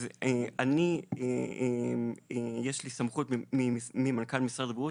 לי יש סמכות ממנכ"ל משרד הבריאות,